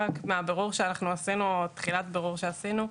רק שמתחילת הבירור שעשינו,